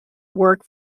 work